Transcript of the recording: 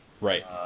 Right